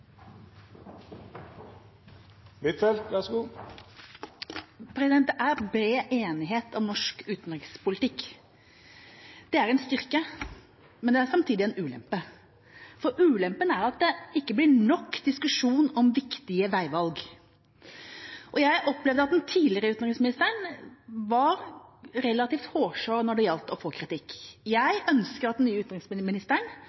en styrke, men det er samtidig en ulempe. Ulempen er at det ikke blir nok diskusjon om viktige veivalg. Jeg opplever at den tidligere utenriksministeren var relativt hårsår når det gjaldt å få kritikk.